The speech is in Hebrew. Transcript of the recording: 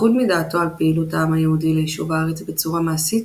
לחוד מדעתו על פעילות העם היהודי ליישוב הארץ בצורה מעשית,